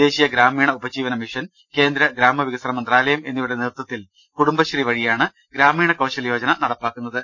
ദേശീയ ഗ്രാമീണ ട ഉപജീവന മിഷൻ കേന്ദ്ര ഗ്രാമവികസന മന്ത്രാലയം എന്നിവയുടെ നേതൃ ത്വത്തിൽ കുടുംബശ്രീ വഴിയാണ് ഗ്രാമീണ കൌശൽ യോജന നടപ്പാക്കുന്ന ത്